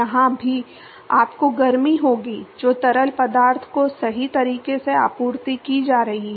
यहां भी आपको गर्मी होगी जो तरल पदार्थ को सही तरीके से आपूर्ति की जा रही है